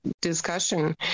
discussion